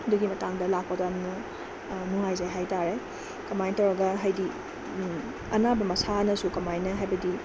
ꯑꯗꯨꯒꯤ ꯃꯇꯥꯡꯗ ꯂꯥꯛꯄꯗ ꯌꯥꯝꯅ ꯅꯨꯡꯉꯥꯏꯖꯩ ꯍꯥꯏ ꯇꯥꯔꯦ ꯀꯃꯥꯏꯅ ꯇꯧꯔꯒ ꯍꯥꯏꯗꯤ ꯑꯅꯥꯕ ꯃꯁꯥꯅꯁꯨ ꯀꯃꯥꯏꯅ ꯍꯥꯏꯕꯗꯤ